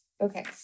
okay